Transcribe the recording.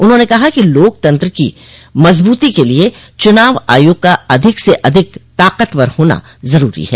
उन्होंने कहा कि लोकतंत्र की मजबूती के लिए चुनाव आयोग का अधिक से अधिक ताकतवर होना जरूरी है